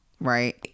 right